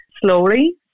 slowly